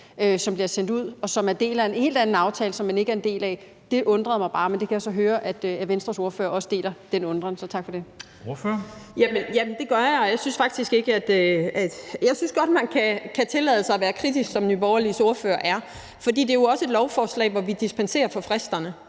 der bliver sendt ud, som er en del af en helt anden aftale, som man ikke er en del af, undrer det mig bare. Men der kan jeg så høre, at Venstres ordfører også deler den undren. Så tak for det. Kl. 13:39 Formanden (Henrik Dam Kristensen): Ordføreren. Kl. 13:39 Ellen Trane Nørby (V): Ja, det gør jeg, og jeg synes godt, at man kan tillade sig at være kritisk, som Nye Borgerliges ordfører er. For det er jo også et lovforslag, hvor vi dispenserer for fristerne.